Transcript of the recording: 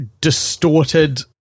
distorted